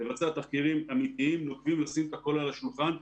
לבצע תחקירים אמיתיים ולשים את הכול על השולחן ולהגיד,